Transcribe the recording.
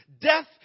Death